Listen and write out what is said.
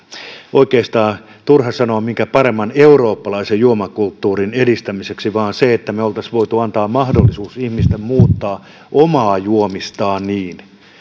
oikeastaan turha sanoa minkään paremman eurooppalaisen juomakulttuurin edistämiseksi vaan me olisimme voineet antaa mahdollisuuden ihmisten muuttaa omaa juomistaan niin